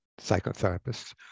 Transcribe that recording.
psychotherapists